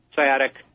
sciatic